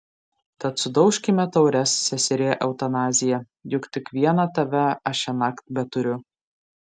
tad sudaužkime taures seserie eutanazija juk tik vieną tave aš šiąnakt beturiu